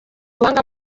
ubuhanga